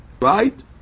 right